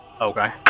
Okay